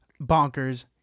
bonkers